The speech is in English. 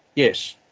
yes,